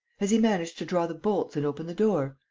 has he managed to draw the bolts and open the door?